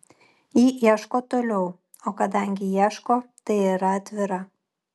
ji ieško toliau o kadangi ieško tai yra atvira